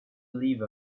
believe